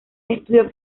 estudió